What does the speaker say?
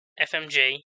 FMJ